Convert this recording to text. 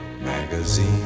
magazine